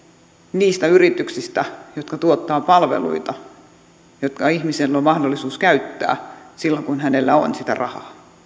niistä yrityksistä jotka tuottavat palveluita joita ihmisen on mahdollisuus käyttää silloin kun hänellä on sitä rahaa